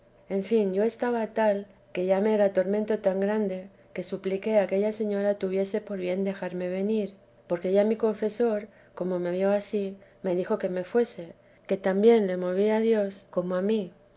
en fin yo estaba tal que ya me era tortebesa de mentó tan grande que supliqué a aquella señora tuviese por bien dejarme venir porque ya mi confesor como me vio ansí me dijo que me fuese que también le movía dios como a mí